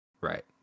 Right